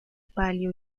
palio